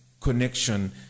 connection